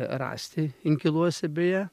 rasti inkiluose beje